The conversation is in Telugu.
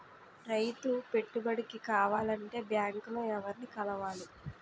రైతు పెట్టుబడికి కావాలంటే బ్యాంక్ లో ఎవరిని కలవాలి?